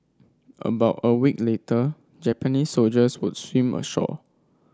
about a week later Japanese soldiers would swim ashore